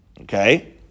Okay